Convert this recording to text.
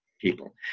people